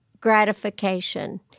gratification